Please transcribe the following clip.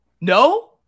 No